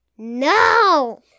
No